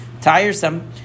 tiresome